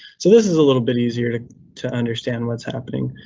so this is a little bit easier to to understand what's happening,